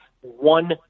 one